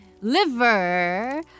Liver